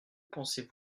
pensez